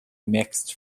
mixed